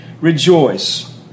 rejoice